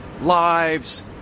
lives